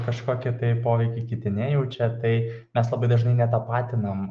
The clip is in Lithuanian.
kažkokį poveikį kiti nejaučia tai mes labai dažnai netapatinam